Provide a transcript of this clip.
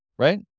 Right